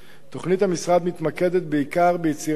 תוכנית המשרד מתמקדת בעיקר ביצירת כלי